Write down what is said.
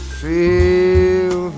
feel